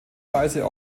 weise